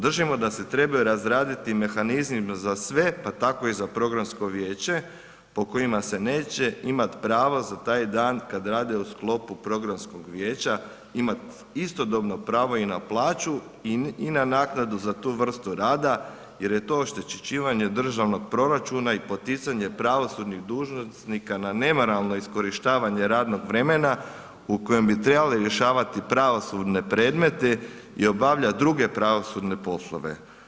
Držimo da se trebaju razraditi mehanizmi za sve pa tako i programsko vijeće po kojima se neće imati pravo za taj dan kad rade u sklopu programskog vijeća, imati istodobno pravo i na plaću i na naknadu za tu vrstu rada jer je to oštećivanje državnog proračuna i poticanje pravosudnih dužnosnika na nemoralno iskorištavanje radnog vremena u kojem bi trebali rješavati pravosudne predmete i obavljati druge pravosudne poslove.